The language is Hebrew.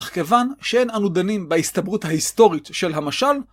אך כיוון שאין אנו דנים בהסתברות ההיסטורית של המשל,